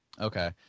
Okay